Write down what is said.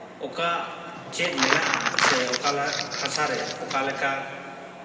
ᱚᱠᱟ ᱪᱮᱫ ᱢᱮᱱᱟᱜᱼᱟ ᱥᱮ ᱚᱠᱟ ᱞᱮᱠᱟ ᱦᱟᱥᱟᱨᱮ ᱚᱠᱟ ᱞᱮᱠᱟ